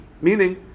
Meaning